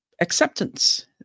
acceptance